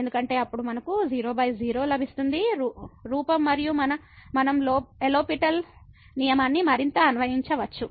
ఎందుకంటే అప్పుడు మనకు 00 లభిస్తుంది రూపం మరియు మనం లో లో పిటెల్ నియమాన్ని మరింత అన్వయించవచ్చు